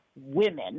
Women